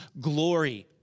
glory